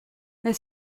est